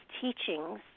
teachings